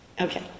Okay